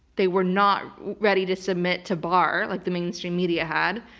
they were not ready to submit to barr like the mainstream media had.